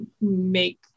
make